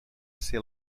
ser